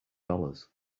dollars